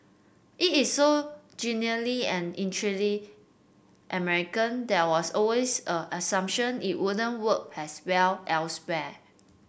it is so genuinely and American there was always an assumption it wouldn't work as well elsewhere